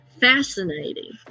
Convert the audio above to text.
fascinating